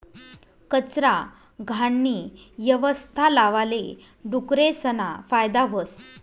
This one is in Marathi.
कचरा, घाणनी यवस्था लावाले डुकरेसना फायदा व्हस